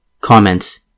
Comments